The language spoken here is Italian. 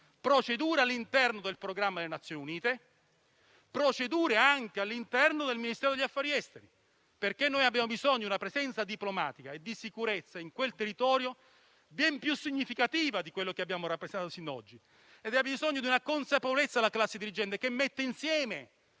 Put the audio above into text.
procedure all'interno del programma delle Nazioni Unite, così come all'interno del Ministero degli affari esteri. Abbiamo bisogno di una presenza diplomatica e di sicurezza in quel territorio ben più significativa di quella che abbiamo rappresentato sino a oggi. Abbiamo bisogno di una consapevolezza della classe dirigente che metta insieme